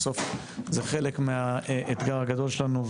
בסוף זה חלק מהאתגר הגדול שלנו,